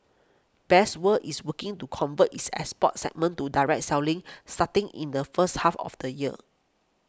best World is working to convert its export segment to direct selling starting in the first half of the year